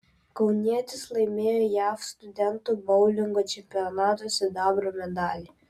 kaunietis laimėjo jav studentų boulingo čempionato sidabro medalį